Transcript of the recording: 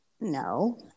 no